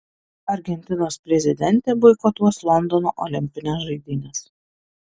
argentinos prezidentė boikotuos londono olimpines žaidynes